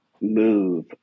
move